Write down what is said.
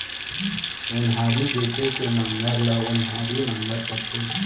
ओन्हारी जोते के नांगर ल ओन्हारी नांगर कथें